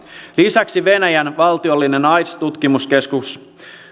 lisäksi venäjän valtiollisen aids tutkimuskeskuksen